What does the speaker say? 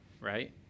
right